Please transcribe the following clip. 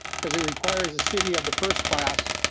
because it requires the city of the first class.